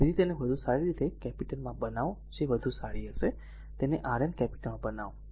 તેથી તેને વધુ સારી રીતે કેપિટલમાં બનાવો જે વધુ સારી હશે તેને Rn કેપિટલ બનાવો